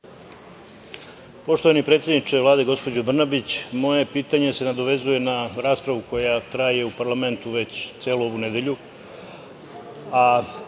Poštovani predsedniče Vlade gospođo Brnabić, moje pitanje se nadovezuje na raspravu koja traje u parlamentu već celu ovu nedelju,